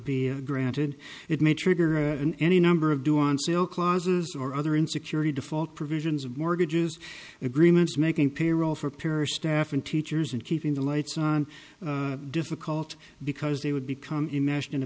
be granted it may trigger an any number of do on sale clauses or other in security default provisions of mortgages agreements making payroll for parish staff and teachers and keeping the lights on difficult because they would become imagine